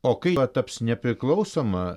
o kai pataps nepriklausoma